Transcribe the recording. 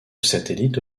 satellite